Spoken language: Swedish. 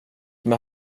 med